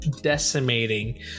decimating